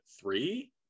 three